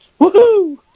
Woohoo